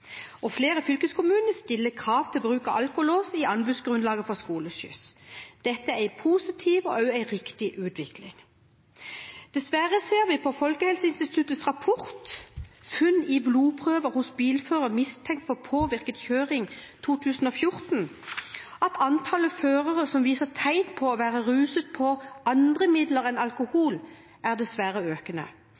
og flere fylkeskommuner stiller krav til bruk av alkolås i anbudsgrunnlaget for skoleskyss. Dette er en positiv og også en riktig utvikling. Dessverre ser vi på Folkehelseinstituttets rapport «Funn i blodprøver hos bilførere mistenkt for påvirket kjøring 2014» at antallet førere som viser tegn på å være ruset på andre midler enn alkohol, dessverre er økende,